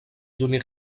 donner